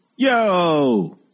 Yo